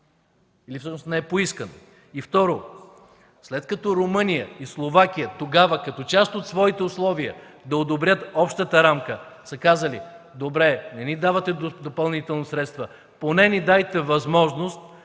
или всъщност не е поискано? Второ, след като Румъния и Словакия тогава, като част от своите условия да одобрят общата рамка, са казали: „Добре, не ни давате допълнително средства, поне ни дайте възможност